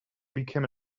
became